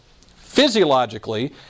physiologically